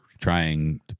trying